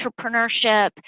entrepreneurship